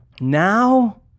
Now